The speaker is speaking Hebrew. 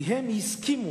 כי הם הסכימו,